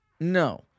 no